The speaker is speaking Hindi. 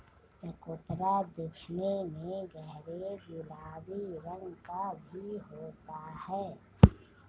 चकोतरा देखने में गहरे गुलाबी रंग का भी होता है